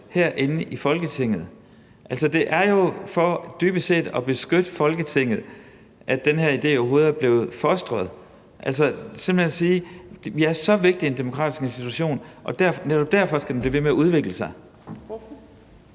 her i Folketinget. Det er jo dybest set for at beskytte Folketinget, at den her idé overhovedet er blevet fostret. Det er simpelt hen at sige, at vi er en så vigtig demokratisk institution, og netop derfor skal den blive ved med at udvikle sig.